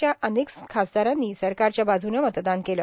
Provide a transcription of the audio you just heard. च्या अनेक खासदारांनी सरकारच्या बाजूनं मतदान केलं